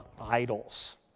idols